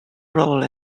role